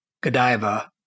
Godiva